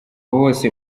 bose